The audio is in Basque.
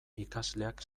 ikasleak